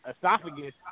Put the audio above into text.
esophagus